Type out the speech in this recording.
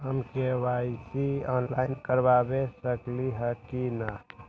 हम KYC online करवा सकली ह कि न?